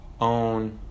own